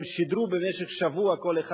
הם שידרו במשך שבוע כל אחד,